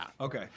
Okay